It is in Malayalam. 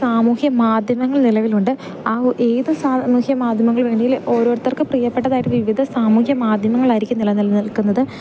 സാമൂഹ്യ മാധ്യമങ്ങൾ നിലവിലുണ്ട് ആ ഏത് സാമൂഹ്യ മാധ്യമങ്ങൾ വേണമെങ്കിലും ഓരോരുത്തർക്ക് പ്രിയപ്പെട്ടതായിട്ട് വിവിധ സാമൂഹ്യ മാധ്യമങ്ങളായിരിക്കും നിലനിൽനിൽക്കുന്നത്